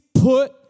put